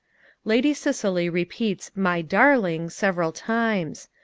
lady cicely repeats my darling several times.